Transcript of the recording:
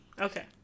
Okay